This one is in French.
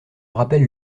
rappelle